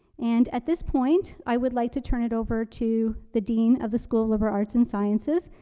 and at this point, i would like to turn it over to the dean of the school of liberal arts and sciences,